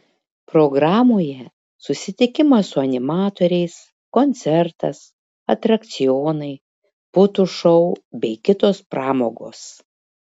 programoje susitikimas su animatoriais koncertas atrakcionai putų šou bei kitos pramogos